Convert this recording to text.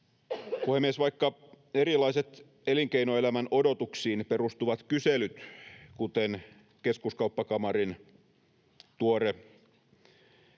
Puhemies! Vaikka erilaiset, elinkeinoelämän odotuksiin perustuvat kyselyt, kuten Keskuskauppakamarin tuore,